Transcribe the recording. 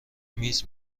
میز